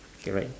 okay right